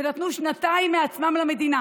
ונתנו שנתיים מעצמם למדינה